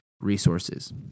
resources